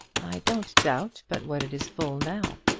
i don't doubt but what it is full now.